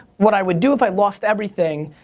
what i would do if i lost everything.